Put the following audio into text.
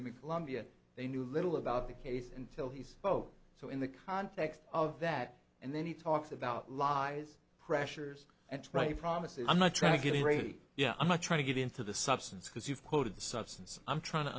him a colombian they knew little about the case until he's both so in the context of that and then he talks about lies pressures and try promises i'm not trying to get a great yeah i'm not trying to get into the substance because you've quoted the substance i'm trying to